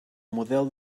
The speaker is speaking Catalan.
model